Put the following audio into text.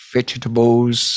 Vegetables